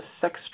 sex